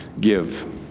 Give